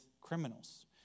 criminals